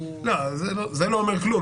זה לא אומר כלום.